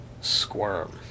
Squirm